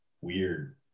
weird